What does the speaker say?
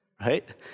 right